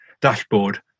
dashboard